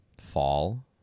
fall